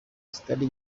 zitari